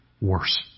worse